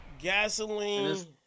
Gasoline